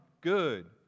good